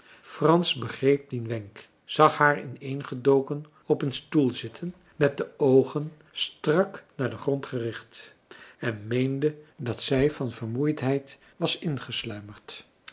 frans begreep dien wenk zag haar ineengedoken op een stoel zitten met de oogen strak naar den grond gericht en meende dat zij van vermoeidheid was ingesluimerd